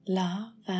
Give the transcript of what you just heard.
love